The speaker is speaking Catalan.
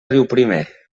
riuprimer